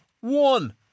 one